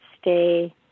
stay